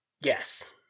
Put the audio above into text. Yes